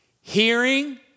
hearing